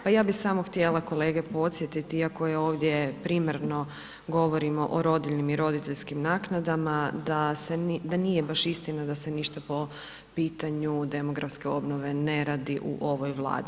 Pa ja bih samo htjela kolege podsjetiti, iako je ovdje primarno, govorimo o rodiljnim i roditeljskim naknadama, da nije baš istina da se ništa po pitanju demografske obnove ne radi u ovoj Vladi.